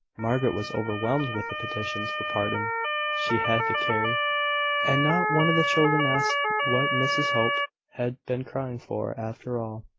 margaret was overwhelmed with the petitions for pardon she had to carry and not one of the children asked what mrs hope had been crying for, after all.